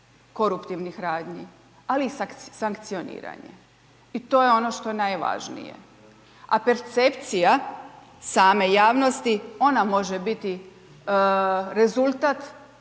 koruptivnih radnji ali i sankcioniranje i to je ono što je najvažnije a percepcija same javnosti ona može biti rezultat